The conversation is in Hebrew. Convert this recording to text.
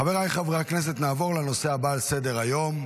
חבריי חברי הכנסת, נעבור לנושא הבא על סדר-היום,